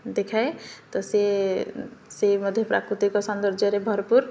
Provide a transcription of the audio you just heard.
ଦେଖାଏ ତ ସେ ସେ ମଧ୍ୟ ପ୍ରାକୃତିକ ସୌନ୍ଦର୍ଯ୍ୟରେ ଭରପୁର